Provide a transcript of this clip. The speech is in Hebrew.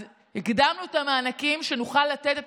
אז הקדמנו את המענקים כדי שנוכל לתת את